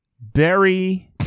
Berry